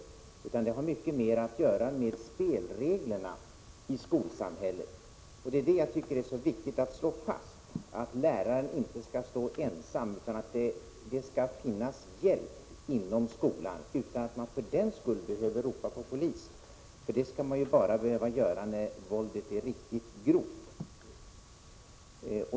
Det här problemet har mycket mer att göra med spelreglerna i skolsamhället. Jag tycker att det är viktigt att slå fast att läraren inte skall stå ensam, utan att det skall finnas hjälp inom skolan utan att man för den skull behöver ropa på polis. Det skall man bara behöva göra när våldet är riktigt grovt.